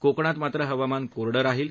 कोकणात मात्र हवामान कोरडं राहिल